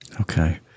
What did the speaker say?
Okay